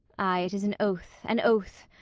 ay! it is an oath, an oath.